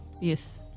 yes